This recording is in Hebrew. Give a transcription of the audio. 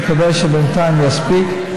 אני מקווה שבינתיים זה יספיק.